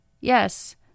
Yes